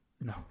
No